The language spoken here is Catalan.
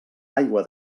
aigua